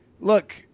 look